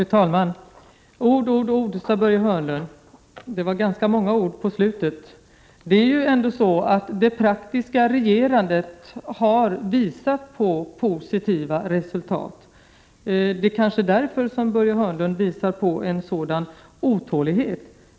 Fru talman! Ord, ord, ord, sade Börje Hörnlund — det var ganska många ord på slutet. Det är ändå så att det praktiska regerandet har givit prov på positiva resultat. Det kanske är därför som Börje Hörnlund visar en sådan otålighet?